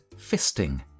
fisting